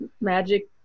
magic